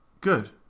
Good